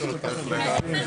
גז טבעי פולט פחות פחמן דו חמצני,